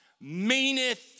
meaneth